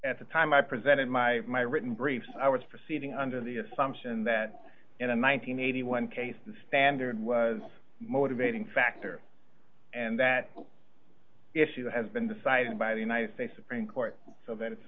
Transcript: at the time i presented my my written briefs i was proceeding under the assumption that in i'm one hundred and eighty one case the standard was motivating factor and that issue has been decided by the united states supreme court so then it's